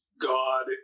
God